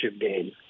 game